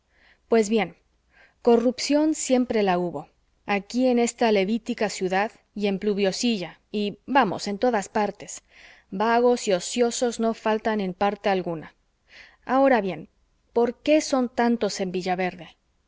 pues bien corrupción siempre la hubo aquí en esta levítica ciudad y en pluviosilla y vamos en todas partes vagos y ociosos no faltan en parte alguna ahora bien por qué son tantos en